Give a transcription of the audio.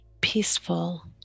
peaceful